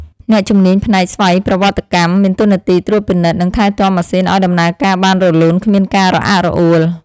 អ្នកជំនាញផ្នែកស្វ័យប្រវត្តិកម្មមានតួនាទីត្រួតពិនិត្យ និងថែទាំម៉ាស៊ីនឱ្យដំណើរការបានរលូនគ្មានការរអាក់រអួល។